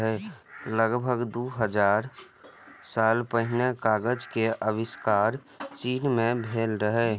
लगभग दू हजार साल पहिने कागज के आविष्कार चीन मे भेल रहै